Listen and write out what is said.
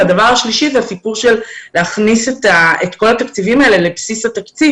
הדבר השלישי זה להכניס את כל התקציבים האלה לבסיס התקציב